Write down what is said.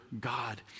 God